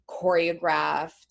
choreographed